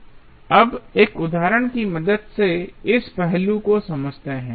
अब एक उदाहरण की मदद से इस पहलू को समझते हैं